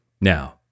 Now